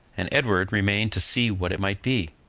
and edward remained to see what it might be.